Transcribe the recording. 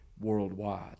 worldwide